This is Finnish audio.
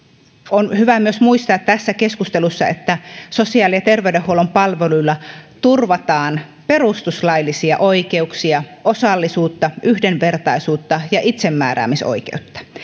on hyvä myös muistaa tässä keskustelussa että sosiaali ja terveydenhuollon palveluilla turvataan perustuslaillisia oikeuksia osallisuutta yhdenvertaisuutta ja itsemääräämisoikeutta